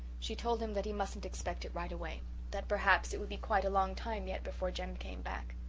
she told him that he mustn't expect it right away that perhaps it would be quite a long time yet before jem came back.